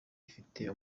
ifite